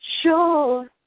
sure